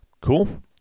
cool